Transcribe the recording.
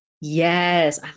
Yes